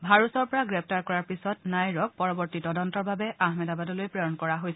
ভাৰুচৰ পৰা গ্ৰেপ্তাৰ কৰাৰ পিছত নাইৰক পৰৱৰ্তী তদন্তৰ বাবে আহমেদাবাদলৈ প্ৰেৰণ কৰা হৈছে